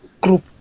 group